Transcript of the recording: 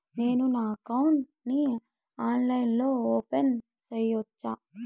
నేను నా అకౌంట్ ని ఆన్లైన్ లో ఓపెన్ సేయొచ్చా?